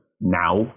now